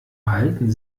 halten